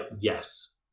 yes